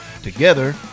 Together